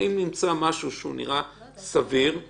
אם המנגנון שהוצע עכשיו הוא שאנחנו נגדיר דגימת קול